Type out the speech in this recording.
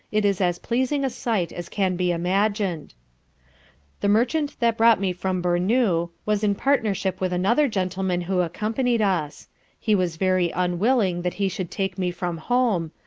it is as pleasing a sight as can be imagined the merchant that brought me from bournou, was in partnership with another gentleman who accompanied us he was very unwilling that he should take me from home,